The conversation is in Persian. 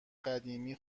قدیمی